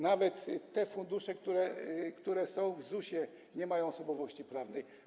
Nawet te fundusze, które są w ZUS-ie, nie mają osobowości prawnej.